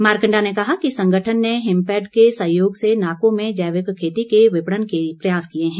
मारकण्डा ने कहा कि संगठन ने हिमफैड के सहयोग से नाको में जैविक खेती के विपणन के लिए प्रयास किए हैं